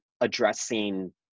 addressing